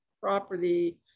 property